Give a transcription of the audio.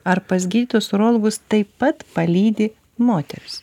ar pas gydytojus urologus taip pat palydi moterys